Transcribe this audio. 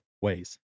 ways